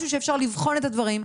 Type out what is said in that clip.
משהו שאפשר לבחון את הדברים.